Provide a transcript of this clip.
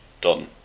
done